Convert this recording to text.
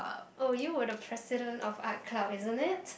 oh you were the president of Art Club isn't it